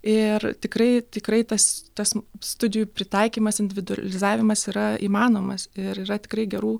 ir tikrai tikrai tas tas studijų pritaikymas individualizavimas yra įmanomas ir yra tikrai gerų